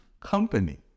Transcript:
company